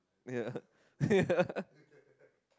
yeah yeah